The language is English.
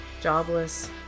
jobless